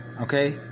Okay